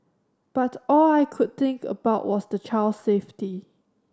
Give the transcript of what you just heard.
but all I could think about was the child's safety